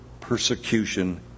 persecution